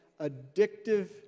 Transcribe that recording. addictive